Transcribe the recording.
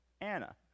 Anna